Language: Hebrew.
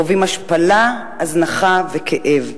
חווים השפלה, הזנחה וכאב.